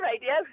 radio